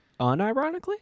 unironically